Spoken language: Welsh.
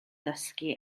ddysgu